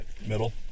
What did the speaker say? Middle